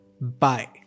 Bye